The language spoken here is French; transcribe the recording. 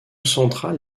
central